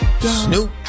Snoop